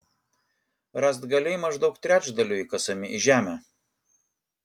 rąstgaliai maždaug trečdaliu įkasami į žemę